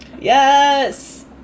Yes